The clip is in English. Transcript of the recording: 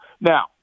Now